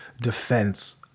defense